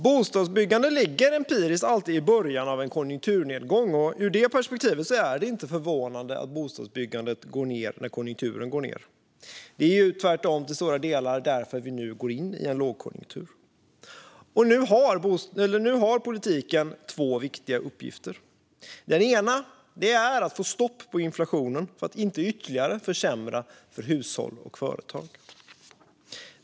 Bostadsbyggande ligger empiriskt alltid i början av en konjunkturnedgång, och ur det perspektivet är det inte förvånande att bostadsbyggandet går ned när konjunkturen nu går ned. Det är tvärtom till stora delar därför vi nu går in i en lågkonjunktur. Nu har politiken två viktiga uppgifter. Den ena är att få stopp på inflationen för att inte ytterligare försämra för hushåll och företag.